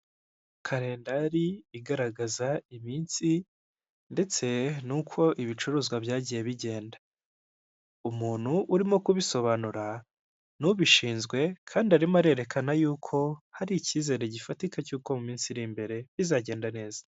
Kalendari igaragaza iminsi ndetse n'uko ibicuruzwa byagiye bigenda, umuntu urimo kubisobanura n'ubishinzwe kandi arimo arerekana y'uko hari icyizere gifatika cy'uko mu minsi iri imbere bizagenda neza.